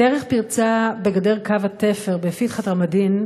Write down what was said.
דרך פרצה בגדר קו התפר בפתחת-רמאדין,